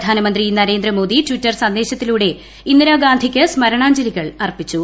പ്രധാനമന്ത്രി നരേന്ദ്രമോദി ടിറ്റർ സന്ദേശത്തിലൂടെ ഇന്ദിരാഗാന്ധിക്ക് സ്മരണാജ്ഞലികൾ അർപ്പിച്ചു